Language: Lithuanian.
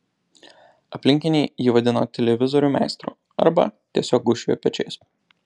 aplinkiniai jį vadino televizorių meistru arba tiesiog gūžčiojo pečiais